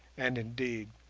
and, indeed,